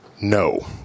No